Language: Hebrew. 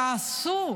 תעשו.